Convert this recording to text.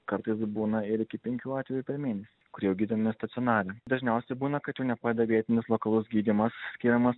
kartais būna ir iki penkių atvejų per mėnesį kurie gydomi stacionare dažniausiai būna kad jau nepadeda vietinis lokalus gydymas skiriamas